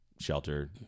shelter